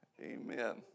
Amen